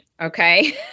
okay